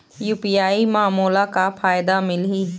UPI म मोला का फायदा मिलही?